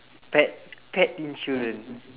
pet pet insurance